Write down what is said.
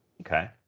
Okay